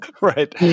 right